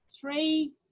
three